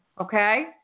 Okay